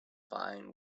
fine